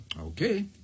Okay